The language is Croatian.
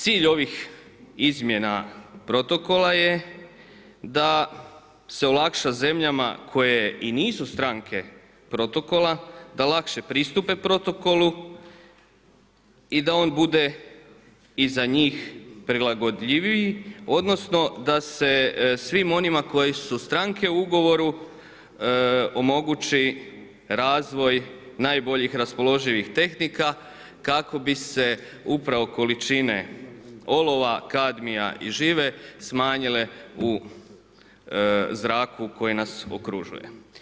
Cilj ovih izmjena protokola je da se olakša zemljama koje i nisu stranke protokola, da lakše pristupe protokolu i da on bude i za njih prilagodljiviji odnosno da se svim onima koje su stranke u ugovoru omogući razvoj najboljih raspoloživih tehnika kako bise upravo količine olova, kadmija i žive smanjile u zraku koji nas okružuje.